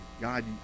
God